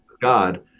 God